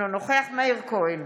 אינו נוכח מאיר כהן,